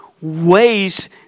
ways